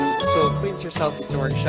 so cleans herself, ignoring